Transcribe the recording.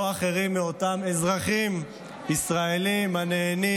לא אחרים מאותם אזרחים ישראלים הנהנים